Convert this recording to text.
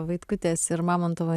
vaitkutės ir mamontovo